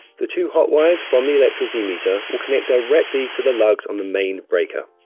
the two hot wires from the electricity metre will connect directly to the lugs on the main breaker.